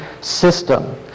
system